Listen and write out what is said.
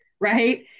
right